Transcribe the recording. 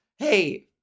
Hey